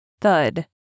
thud